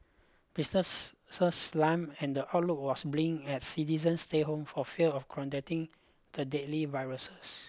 businesses slumped and the outlook was bleak as citizens stayed home for fear of contracting the deadly viruses